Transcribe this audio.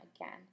again